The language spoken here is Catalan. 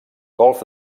golf